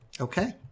Okay